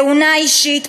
תאונה אישית,